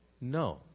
No